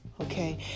okay